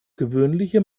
gewöhnliche